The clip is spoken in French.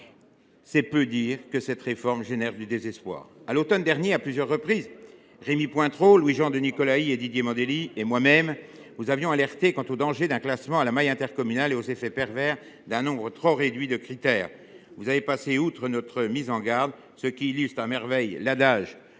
C’est peu dire que cette réforme produit du désespoir. À l’automne dernier, à plusieurs reprises, Rémy Pointereau, Louis Jean de Nicolaÿ, Didier Mandelli et moi même avions alerté quant au danger d’un classement à la maille intercommunale et aux effets pervers d’un nombre trop réduit de critères. Vous avez passé outre notre mise en garde, ce qui illustre à merveille l’adage